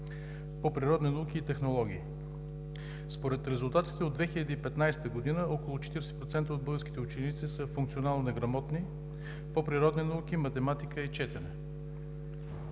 по природни науки и технологии. Според резултатите от 2015 г. около 40% от българските ученици са функционално неграмотни по природни науки, математика и четене.